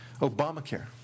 Obamacare